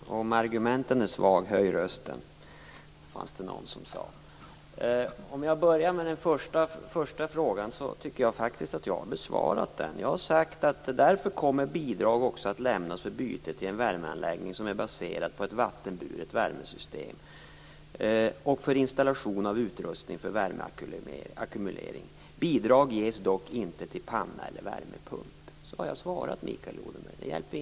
Herr talman! "Om argumenten är svaga, höj rösten", var det någon som sade. Om jag börjar med den första frågan, tycker jag att jag har besvarat den. Jag säger i svaret: "Därför kommer bidrag också att lämnas för byte till en värmeanläggning som är baserad på ett vattenburet värmesystem och för installation av utrustning för värmeackumulering. Bidraget ges dock inte till panna eller värmepump." Så har jag svarat, Mikael Odenberg.